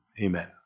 Amen